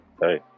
Hey